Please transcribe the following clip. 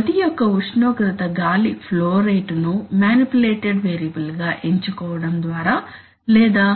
గది యొక్క ఉష్ణోగ్రత గాలి ఫ్లో రేటును మానిప్యులేటెడ్ వేరియబుల్ గా ఎంచుకోవడం ద్వారా లేదా